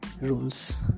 Rules